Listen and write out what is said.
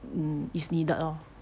um is needed lor